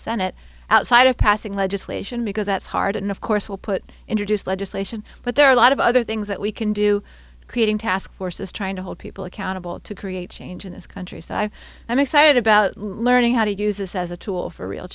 senate outside of passing legislation because that's hard and of course will put introduced legislation but there are a lot of other things that we can do creating task forces trying to hold people accountable to create change in this country so i am excited about learning how to use this as a tool for real